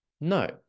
No